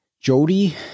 Jody